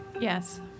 yes